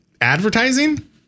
advertising